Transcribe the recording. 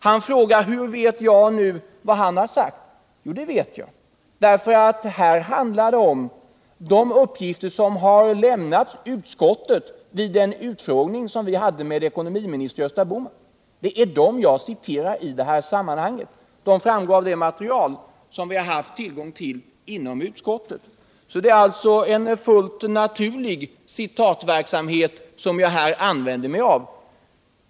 Han frågar hur jag vet vad han har sagt. Jo, det vet jag därför att det här handlar om de uppgifter som har lämnats utskottet vid den utfrågning som vi hade med ekonomiminister Gösta Bohman. Det är dem jag citerar i det här sammanhanget. Det framgår av det material som vi har haft tillgång till inom utskottet. Det är alltså en fullt naturlig citatverksamhet som jag här bedriver.